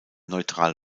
neutral